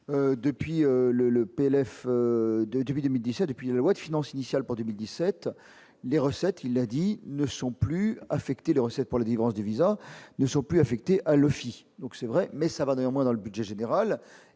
depuis le le PLF 2 début 2010 depuis la loi de finances initiale pour 2017 les recettes, il a dit ne sont plus affectées les recettes pour le divorce des visas ne sont plus affectés à l'office, donc c'est vrai mais ça va néanmoins dans le budget général